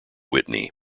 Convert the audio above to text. whitney